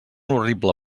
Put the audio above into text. horrible